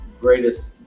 greatest